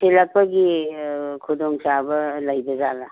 ꯊꯤꯂꯛꯄꯒꯤ ꯈꯨꯗꯣꯡꯆꯥꯕ ꯂꯩꯕꯖꯥꯠꯂ